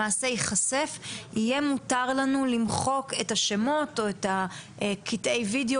ייחשף יהיה מותר לנו למחוק את השמות או את קטעי הווידיאו